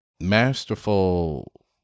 masterful